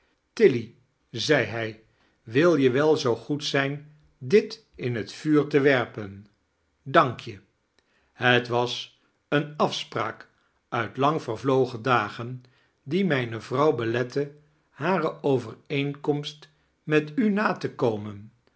tilly zei hij wil je wel zoo goed zijn dit in het vuur te werpen dank jehet was eene afspraak uit lang vervlogen dagen die mijnie vrouw belette hare overeenkomst met u na te komen